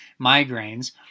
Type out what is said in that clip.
migraines